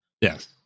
yes